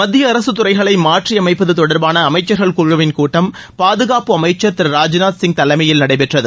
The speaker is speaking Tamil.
மத்திய அரசுத் துறைகளை மாற்றியமைப்பது தொடர்பான அமைச்சர்கள் குழுவின் கூட்டம் பாதுகாப்பு அமைச்சர் திரு ராஜ்நாத் சிங் தலைமையில் நடைபெற்றது